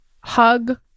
hug